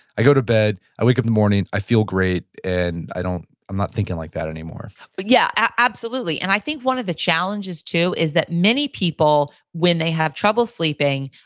i go to bed, i wake up in the morning, i feel great, and i don't i'm not thinking like that anymore but yeah, absolutely. and i think one of the challenges too is that many people when they have trouble sleeping,